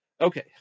Okay